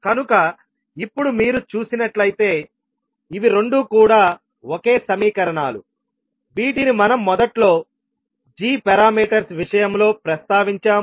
కనుక ఇప్పుడు మీరు చూసినట్లయితే ఇవి రెండూ కూడా ఒకే సమీకరణాలు వీటిని మనం మొదట్లో g పారామీటర్స్ విషయంలో ప్రస్తావించాము